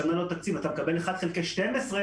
רק ארבעה משרדים היו בקיצוץ של עד 10%,